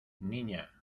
niña